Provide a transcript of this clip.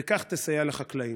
וכך תסייע לחקלאים.